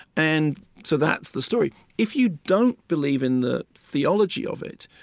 and so that's the story if you don't believe in the theology of it,